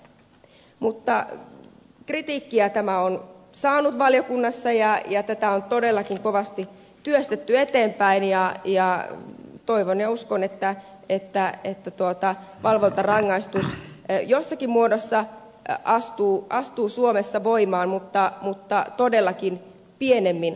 mutta kritiikkiä tämä on saanut valiokunnassa ja tätä on todellakin kovasti työstetty eteenpäin ja toivon ja uskon että valvontarangaistus jossakin muodossa astuu suomessa voimaan mutta todellakin pienemmin askelin